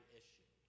issue